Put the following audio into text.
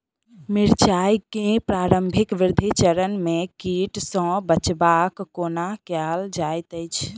मिर्चाय केँ प्रारंभिक वृद्धि चरण मे कीट सँ बचाब कोना कैल जाइत अछि?